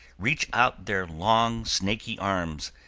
reach out their long snaky arms,